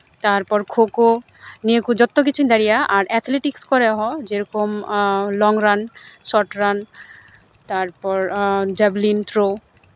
ᱛᱟᱨᱯᱚᱨ ᱠᱷᱳᱸ ᱠᱷᱳᱸ ᱱᱤᱭᱟᱹ ᱠᱚ ᱡᱚᱛᱚ ᱠᱤᱪᱷᱩᱧ ᱫᱟᱲᱮᱭᱟᱜᱼᱟ ᱟᱨ ᱮᱛᱷᱞᱮᱴᱤᱠᱥ ᱠᱚᱨᱮᱫ ᱦᱚᱸ ᱡᱮᱨᱚᱠᱚᱢ ᱞᱚᱝ ᱨᱟᱱ ᱥᱚᱨᱴ ᱨᱟᱱ ᱛᱟᱨᱯᱚᱨ ᱡᱮᱵᱞᱤᱝ ᱛᱷᱨᱳ